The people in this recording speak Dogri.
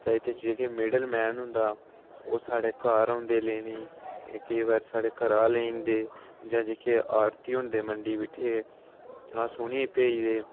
तां इंदे च जेह्ड़ा मिडल मैन होंदा ओह् साढ़े घर औंदा लैने गी केईं बारी साढ़े घरा लेई जंदे जेह्के आड़ती होंदे मंडी च बैठे दे अस उनेंई भेजदे